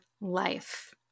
life